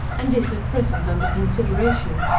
and is at present under consideration,